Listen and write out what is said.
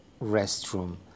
restroom